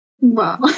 Wow